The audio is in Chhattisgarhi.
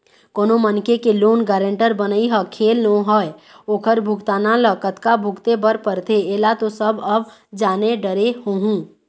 कोनो मनखे के लोन गारेंटर बनई ह खेल नोहय ओखर भुगतना ल कतका भुगते बर परथे ऐला तो सब अब जाने डरे होहूँ